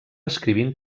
escrivint